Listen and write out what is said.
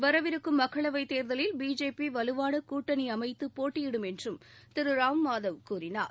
வரவிருக்கும் மக்களவைத் தேர்தலில் பிஜேபி வலுவான கூட்டணி அமைத்து போட்டியிடும் என்றும் திரு ராம் மாதவ் கூறியுள்ளார்